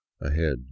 ahead